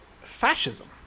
fascism